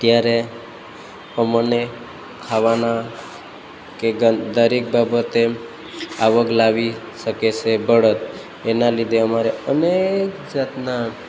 ત્યારે અમને ખાવાના કે ગન દરેક બાબતે આવક લાવી શકે છે બળદ એના લીધે અમારે અનેક જાતના